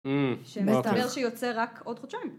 שמסתבר שיוצא רק עוד חודשיים.